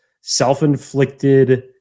self-inflicted